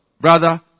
brother